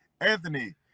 Anthony